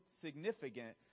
significant